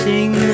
Sing